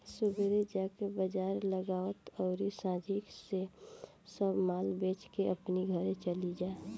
सुबेरे जाके बाजार लगावअ अउरी सांझी से सब माल बेच के अपनी घरे चली जा